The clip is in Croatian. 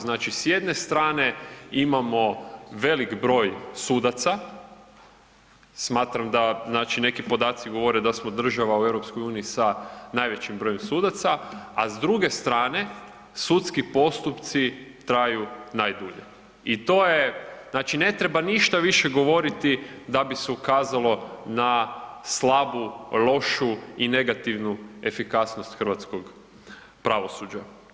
Znači s jedne strane imamo velik broj sudaca, smatram da znači neki podaci govore da smo država u EU sa najvećim brojem sudaca, a s druge strane, sudski postupci traju najdulje i to je, znači ne treba ništa više govoriti da bi se ukazalo na slabu, lošu i negativnu efikasnost hrvatskog pravosuđa.